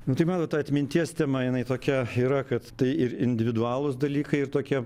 nu tai matot ta atminties tema jinai tokia yra kad tai ir individualūs dalykai ir tokie